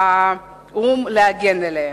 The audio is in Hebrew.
האו"ם להגן עליהם.